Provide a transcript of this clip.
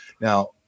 Now